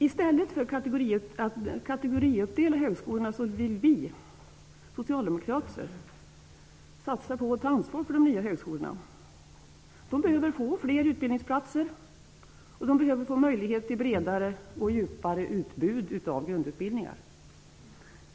I stället för att kategoriuppdela högskolorna vill vi socialdemokrater satsa på och ta ansvar för de nya högskolorna. De behöver få fler utbildningsplatser, och de behöver få möjligheter till ett bredare och djupare utbud av grundutbildningar.